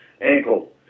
ankle